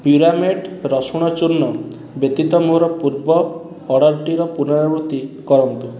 ପ୍ୟୁରାମେଟ୍ ରସୁଣ ଚୂର୍ଣ୍ଣ ବ୍ୟତୀତ ମୋର ପୂର୍ବ ଅର୍ଡ଼ର୍ଟିର ପୁନରାବୃତ୍ତି କରନ୍ତୁ